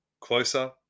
closer